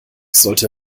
sollte